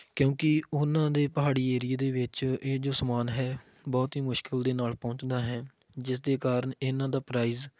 ਕਿਉਂਕਿ ਉਹਨਾਂ ਦੇ ਪਹਾੜੀ ਏਰੀਏ ਦੇ ਵਿੱਚ ਇਹ ਜੋ ਸਮਾਨ ਹੈ ਬਹੁਤ ਹੀ ਮੁਸ਼ਕਲ ਦੇ ਨਾਲ ਪਹੁੰਚਦਾ ਹੈ ਜਿਸਦੇ ਕਾਰਨ ਇਹਨਾਂ ਦਾ ਪ੍ਰਾਈਜ਼